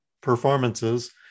performances